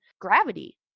gravity